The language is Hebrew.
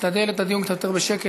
נשתדל לנהל את הדיון קצת יותר בשקט.